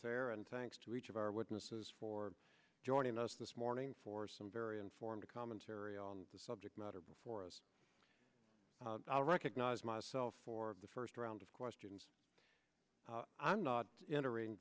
fair and thanks to each of our witnesses for joining us this morning for some very informed commentary on the subject matter before us recognize myself for the first round of questions i'm not entering